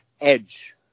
edge